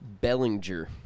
Bellinger